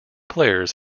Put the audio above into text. players